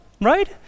right